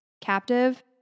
captive